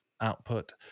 output